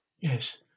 yes